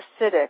acidic